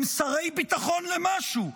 הם שרי ביטחון למשהו: